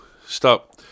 stop